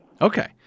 Okay